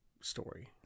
story